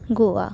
Goa